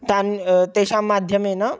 तान् तेषां माध्यमेन